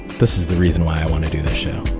this is the reason why i want to do this show.